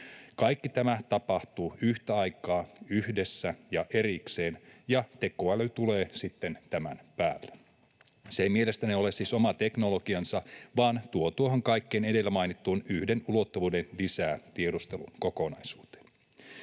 Kaikki tämä tapahtuu yhtä aikaa, yhdessä ja erikseen, ja tekoäly tulee sitten tämän päälle. Se ei mielestäni ole siis oma teknologiansa vaan tuo tuohon kaikkeen edellä mainittuun, tiedustelun kokonaisuuteen,